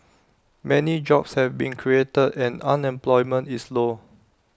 many jobs have been created and unemployment is low